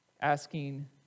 Asking